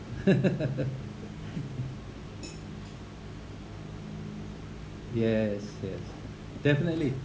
yes yes definitely